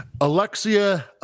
alexia